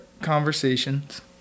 conversations